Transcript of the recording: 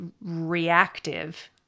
reactive